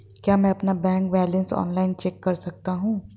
क्या मैं अपना बैंक बैलेंस ऑनलाइन चेक कर सकता हूँ?